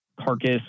carcass